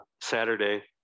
Saturday